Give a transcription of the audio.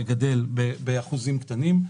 וגדל באחוזים קטנים.